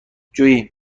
جویی